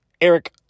Eric